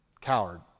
coward